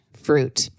fruit